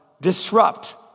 disrupt